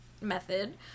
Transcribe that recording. method